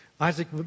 Isaac